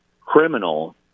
criminal